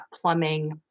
plumbing